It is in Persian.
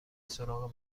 سراغ